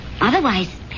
Otherwise